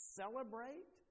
celebrate